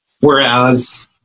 Whereas